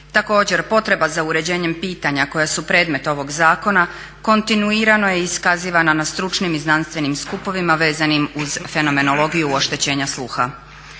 Također potreba za uređenjem pitanja koja su predmet ovog zakona kontinuirano je iskazivana na stručnim i znanstvenim skupovima vezanim uz fenomenologiju oštećenja sluha.